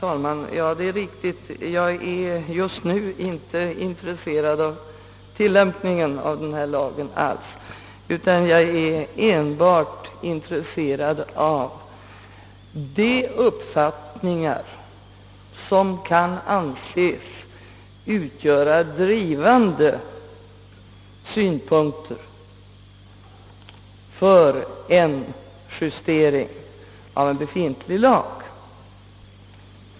Herr talman! Det är riktigt som justitieministern säger — jag är just nu inte alls intresserad av tillämpningen av lagen, utan jag är enbart intresserad av de uppfattningar som kan anses utgöra drivkrafter för justering av en befintlig lag.